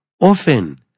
Often